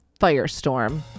firestorm